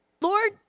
Lord